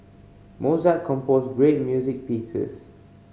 Mozart composed great music pieces